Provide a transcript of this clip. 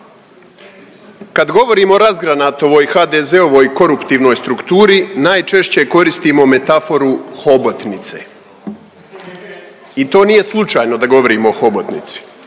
Kad govorimo o razgranatoj HDZ-ovoj koruptivnoj strukturi najčešće koristimo metaforu hobotnice. I to nije slučajno da govorimo o hobotnici.